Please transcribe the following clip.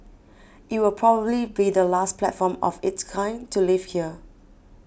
it will probably be the last platform of its kind to leave here